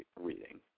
reading